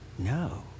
no